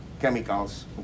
chemicals